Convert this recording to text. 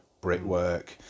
brickwork